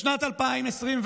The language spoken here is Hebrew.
בשנת 2021,